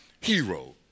hero